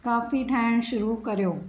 coffee ठाहिणु शुरू कयो